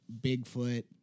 Bigfoot